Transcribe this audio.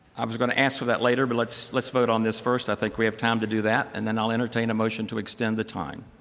i was going to ask for that later, but let's let's vote on this first. i think we have time to do that and then i'll entertain a motions to extends the time.